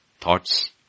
Thoughts